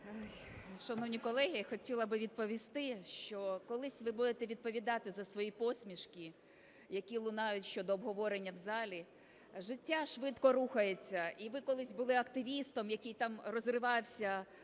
Шановні колеги, хотіла би відповісти, що колись ви будете відповідати за свої посмішки, які лунають щодо обговорення в залі. Життя швидко рухається, і ви колись були активістом, який там розривався,